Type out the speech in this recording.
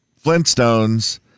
Flintstones